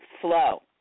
flow